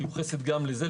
מיוחסת גם לזה,